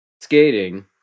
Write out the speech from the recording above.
skating